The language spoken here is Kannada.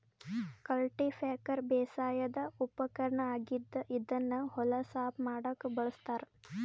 ಕಲ್ಟಿಪ್ಯಾಕರ್ ಬೇಸಾಯದ್ ಉಪಕರ್ಣ್ ಆಗಿದ್ದ್ ಇದನ್ನ್ ಹೊಲ ಸಾಫ್ ಮಾಡಕ್ಕ್ ಬಳಸ್ತಾರ್